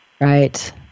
Right